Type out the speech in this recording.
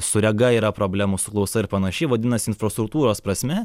su rega yra problemų su klausa ir panašiai vadinasi infrastruktūros prasme